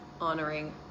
honoring